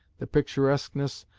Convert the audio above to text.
the picturesqueness,